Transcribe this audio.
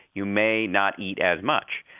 you may not eat as much.